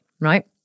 right